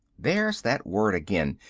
there's that word again.